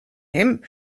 him